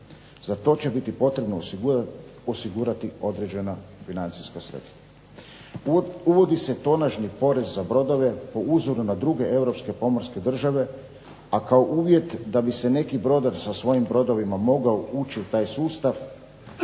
Za to će biti potrebno osigurati određena financijska sredstva. Uvodi se tonažni porez za brodove po uzoru na druge europske pomorske države, a kao uvjet da bi se neki brodar sa svojim brodovima mogao ući u taj sustav